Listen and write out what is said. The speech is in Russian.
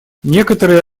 некоторые